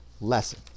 lesson